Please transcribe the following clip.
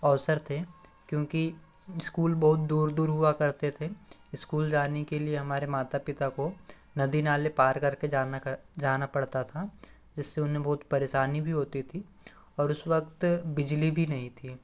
अवसर थे क्योंकि इस्कूल बहुत दूर दूर हुआ करते थे इस्कूल जाने के लिए हमारे माता पिता को नदी नाले पार करके जाना कर जाना पड़ता था जिससे उन्हें बहुत परेशानी भी होती थी और उस वक्त बिजली भी नहीं थी